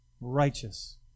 righteous